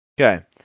Okay